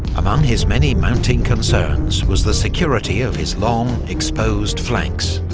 among his many mounting concerns was the security of his long, exposed flanks.